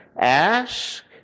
Ask